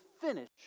finish